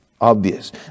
obvious